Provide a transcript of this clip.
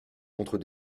contre